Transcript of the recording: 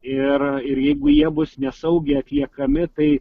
ir ir jeigu jie bus nesaugiai atliekami tai